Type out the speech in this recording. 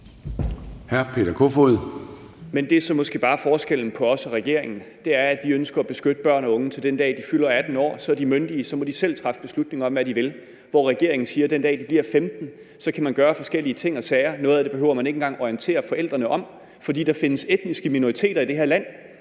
Men det er så måske bare forskellen på os og regeringen, altså at vi ønsker at beskytte børn og unge, til den dag de fylder 18 år; så er de myndige, og så må de selv træffe beslutning om, hvad de vil. Der siger regeringen, at den dag de bliver 15 år, kan de gøre forskellige ting og sager – noget af det behøver man ikke engang orientere forældrene om – fordi der findes etniske minoriteter i det her land.